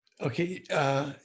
Okay